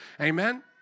Amen